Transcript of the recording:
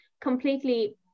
completely